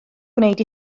gwneud